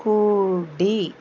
కూడి